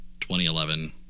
2011